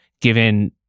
given